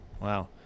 Wow